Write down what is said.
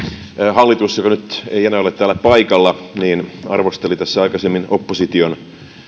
hallitus joka nyt ei enää ole täällä paikalla arvosteli tässä aikaisemmin opposition